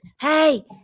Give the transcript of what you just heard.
hey